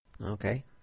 Okay